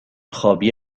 خوابی